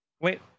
wait